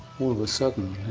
all of a sudden,